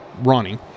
ronnie